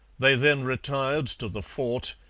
they then retired to the fort,